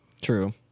true